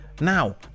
Now